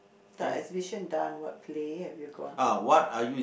the exhibition done what play have you gone for